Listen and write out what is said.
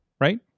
right